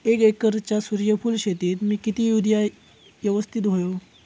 एक एकरच्या सूर्यफुल शेतीत मी किती युरिया यवस्तित व्हयो?